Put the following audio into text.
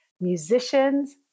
musicians